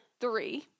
three